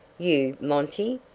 you, monty?